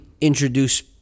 introduce